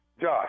Josh